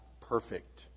perfect